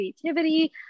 creativity